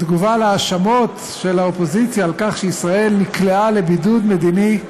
בתגובה על ההאשמות של האופוזיציה על כך שישראל נקלעה לבידוד מדיני,